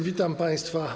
Witam państwa.